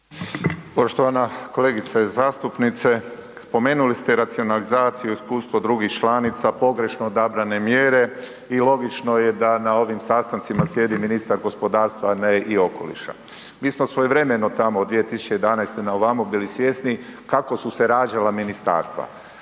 Poštovana kolegice zastupnice, spomenuli ste racionalizaciju i iskustvo drugih članica, pogrešno odabrane mjere i logično je da na ovim sastancima sjedi ministar gospodarstva a ne i okoliša. Mi smo svojevremeno tamo od 2011. na ovamo bili svjesni kako su se rađala ministarstva.